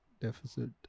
deficit